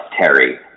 Terry